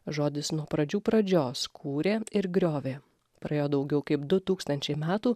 žodis nuo pradžių pradžios kūrė ir griovė praėjo daugiau kaip du tūkstančiai metų